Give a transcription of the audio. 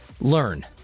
learn